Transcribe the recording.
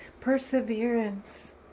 perseverance